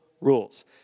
rules